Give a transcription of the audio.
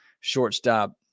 shortstop